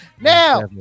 Now